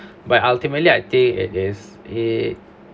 but ultimately I think it is it